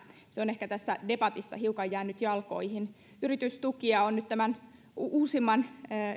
se on ehkä tässä debatissa hiukan jäänyt jalkoihin yritystukia on nyt tämän uusimman